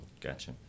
Gotcha